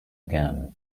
again